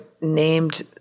named